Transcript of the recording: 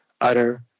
utter